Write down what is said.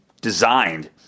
designed